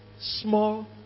small